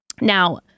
Now